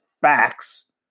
facts